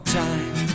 time